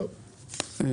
טוב,